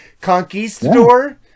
Conquistador